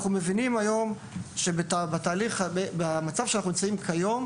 אנחנו מבינים היום שבמצב הנוכחי היום,